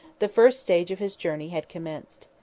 the first stage of his journey had commenced.